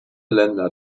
länder